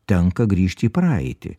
tenka grįžti į praeitį